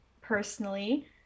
personally